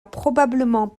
probablement